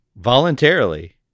voluntarily